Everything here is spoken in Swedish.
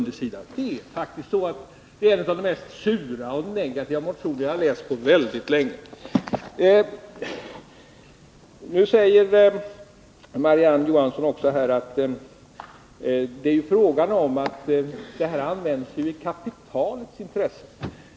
Det här är faktiskt en av de mest sura och negativa motioner jag har läst på väldigt länge. Marie-Ann Johansson säger att tekniken används i kapitalets intresse.